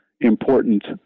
important